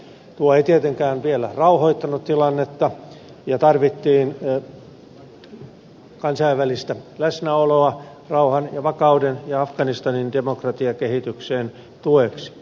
tuo ei tietenkään vielä rauhoittanut tilannetta ja tarvittiin kansainvälistä läsnäoloa rauhan ja vakauden ja afganistanin demokratiakehityksen tueksi